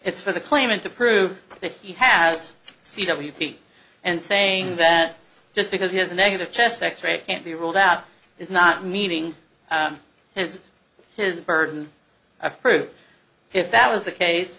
it's for the claimant to prove that he has c w feet and saying that just because he has a negative chest x ray can't be ruled out is not meeting his his burden of proof if that was the case